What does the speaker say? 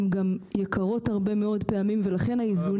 הן גם יקרות הרבה מאוד פעמים ולכן האיזונים.